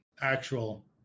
actual